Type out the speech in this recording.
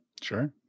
Sure